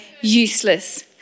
useless